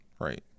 Right